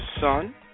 son